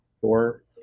four